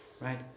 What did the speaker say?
right